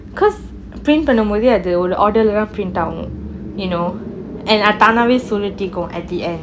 cause print பன்னும்போது அது ஒரு:pannumpothu athu oru order ஆ:aa print ஆகனும்:aakanum you know and அது தானாவே சுழற்றிக்கும்:athu thanaavei sulatrikkum at the end